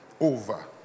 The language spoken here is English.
over